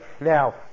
Now